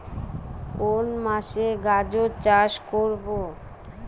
কোন মাসে গাজর চাষ করব?